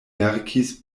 verkis